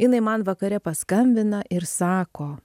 jinai man vakare paskambina ir sako